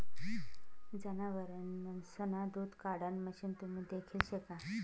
जनावरेसना दूध काढाण मशीन तुम्ही देखेल शे का?